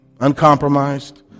uncompromised